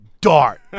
dart